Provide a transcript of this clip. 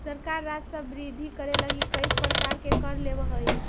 सरकार राजस्व वृद्धि करे लगी कईक प्रकार के कर लेवऽ हई